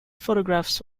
photographs